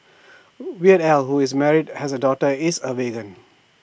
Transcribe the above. Weird al who is married and has A daughter is A vegan